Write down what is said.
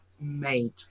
Made